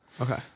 okay